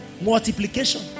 Multiplication